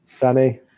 Danny